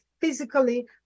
physically